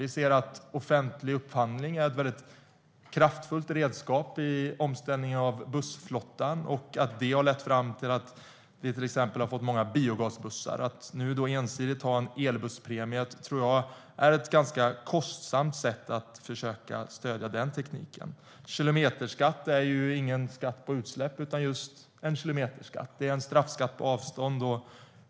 Vi ser att offentlig upphandling är ett kraftfullt redskap i omställningen av bussflottan och att det har lett fram till att vi har fått till exempel många biogasbussar. Att ensidigt ha en elbusspremie är ett ganska kostsamt sätt att försöka stödja den tekniken. Kilometerskatt är ingen skatt på utsläpp utan just en kilometerskatt. Det är en straffskatt på avstånd.